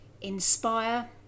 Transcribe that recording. inspire